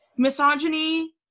misogyny